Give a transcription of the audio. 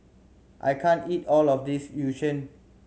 I can't eat all of this Yu Sheng